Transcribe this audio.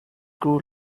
grow